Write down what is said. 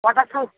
কটার সময়